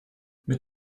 mit